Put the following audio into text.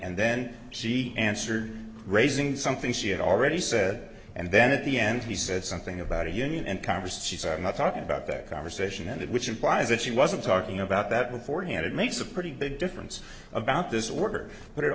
and then she answered raising something she had already said and then at the end he said something about a union and converses i'm not talking about that conversation ended which implies that she wasn't taught we know about that beforehand it makes a pretty big difference about this order but it